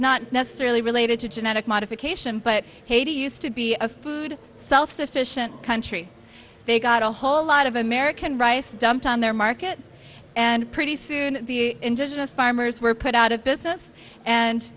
not necessarily related to genetic modification but haiti used to be a food self sufficient country they got a whole lot of american rice dumped on their market and pretty soon the indigenous farmers were put out of business and